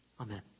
Amen